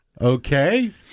Okay